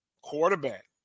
quarterback